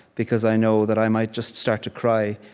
because i know that i might just start to cry.